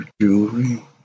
jewelry